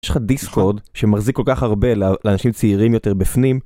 יש לך דיסקוד שמחזיק כל כך הרבה לאנשים צעירים יותר בפנים.